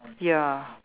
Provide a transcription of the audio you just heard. ya